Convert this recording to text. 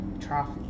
trophy